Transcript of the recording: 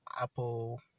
Apple